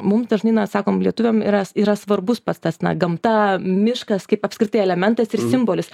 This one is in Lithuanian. mums dažnai na sakom lietuviam yra yra svarbus pats tas na gamta miškas kaip apskritai elementas ir simbolis